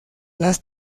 las